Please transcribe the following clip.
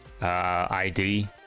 ID